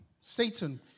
Satan